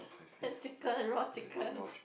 ham chicken raw chicken